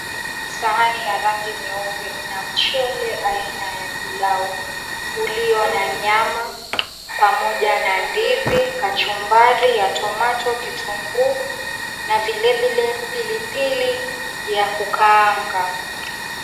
Sahani ya rangi nyeupe ina mchele aina ya pilau ulio na nyama pamoja na ndizi, kachumbari ya tomato kitunguu na vile vile pilipili ya kukaanga.